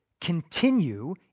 continue